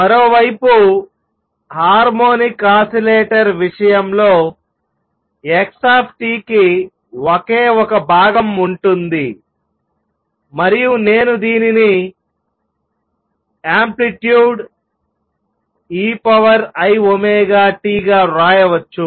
మరోవైపు harmonic oscillator విషయంలో x కి ఒకే ఒక భాగం ఉంటుంది మరియు నేను దీనిని యాంప్లిట్యూడ్ ei⍵t గా వ్రాయవచ్చు